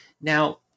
Now